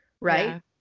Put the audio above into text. right